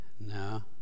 No